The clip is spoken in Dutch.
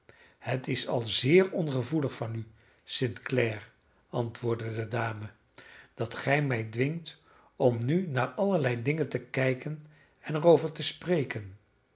het is al zeer ongevoelig van u st clare antwoordde de dame dat gij mij dwingt om nu naar allerlei dingen te kijken en er over te spreken